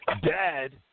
Dad